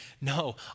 no